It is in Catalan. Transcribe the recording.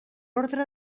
ordre